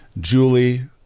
Julie